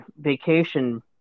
vacation